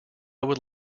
would